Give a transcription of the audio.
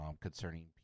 concerning